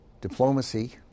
diplomacy